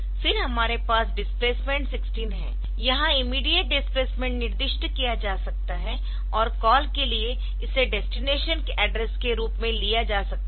फिर हमारे पास डिस्प्लेसमेंट 16 है यहां इमीडियेट डिस्प्लेसमेंट निर्दिष्ट किया जा सकता है और कॉल के लिए इसे डेस्टिनेशन एड्रेस के रूप में लिया जा सकता है